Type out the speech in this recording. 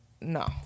No